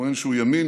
שטוען שהוא ימין,